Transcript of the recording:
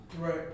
right